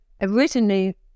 originally